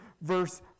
verse